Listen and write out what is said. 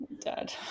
dad